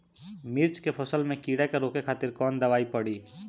मिर्च के फसल में कीड़ा के रोके खातिर कौन दवाई पड़ी?